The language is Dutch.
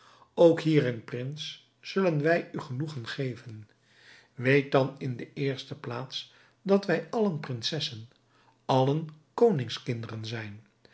ook hierin prins zullen wij u genoegen geven weet dan in de eerste plaats dat wij allen prinsessen allen koningskinderen zijn